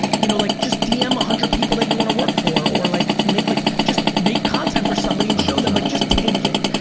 you know like just dm a hundred people that you wanna work for, or like, make like, just make content for somebody and show them like, just take it.